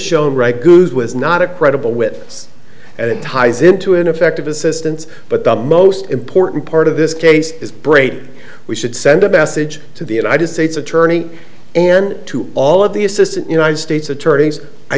good was not a credible witness and it ties in to ineffective assistance but the most important part of this case is braith we should send a message to the united states attorney and to all of the assistant united states attorneys i